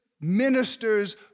ministers